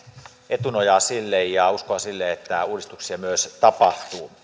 etunojaa ja uskoa sille että uudistuksia myös tapahtuu